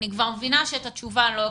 אני כבר מבינה שאת התשובה אני לא אקבל.